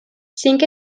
cinc